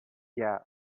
yeah